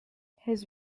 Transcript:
his